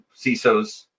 CISOs